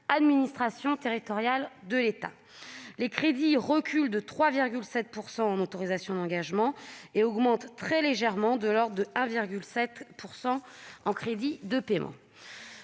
Administration territoriale de l'État », dont les crédits reculent de 3,7 % en autorisations d'engagement et augmentent très légèrement, de l'ordre de 1,7 % en crédits de paiement.